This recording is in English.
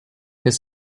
his